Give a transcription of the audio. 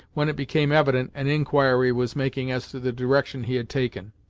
when it became evident an inquiry was making as to the direction he had taken.